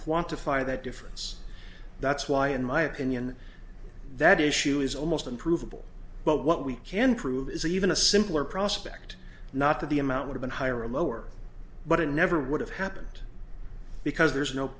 quantify that difference that's why in my opinion that issue is almost unprovable but what we can prove is even a simpler prospect not that the amount would have been higher or lower but it never would have happened because there's no